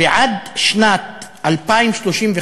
ועד שנת 2035,